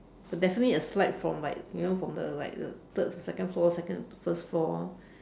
definitely a slide from like you know from the like the third to second floor second to first floor